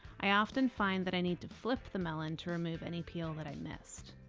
i often find that i need to flip the melon to remove any peel that i missed.